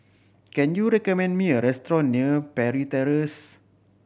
can you recommend me a restaurant near Parry Terrace